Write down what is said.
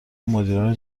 مدیران